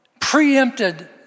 preempted